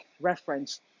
reference